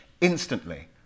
instantly